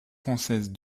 françaises